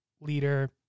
leader